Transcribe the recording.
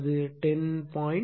அது 10